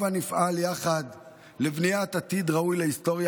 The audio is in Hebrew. הבה נפעל יחד לבניית עתיד ראוי להיסטוריה